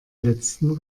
letzten